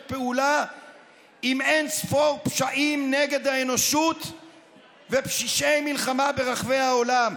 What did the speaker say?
פעולה עם אין-ספור פשעים נגד האנושות ועם פשעי מלחמה ברחבי העולם.